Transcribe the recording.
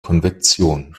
konvektion